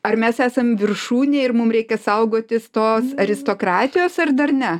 ar mes esam viršūnėj ar mum reikia saugotis tos aristokratijos ar dar ne